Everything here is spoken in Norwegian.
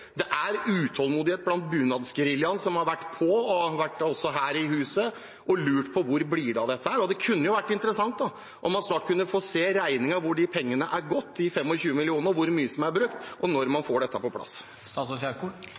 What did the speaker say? Det er utålmodighet blant bunadsgeriljaen, som har vært på og også vært her i huset og lurt på hvor det blir av dette. Det kunne jo vært interessant om man snart kunne få se regningen; hvor de 25 mill. kr er gått, hvor mye som er brukt, og når man får dette på plass.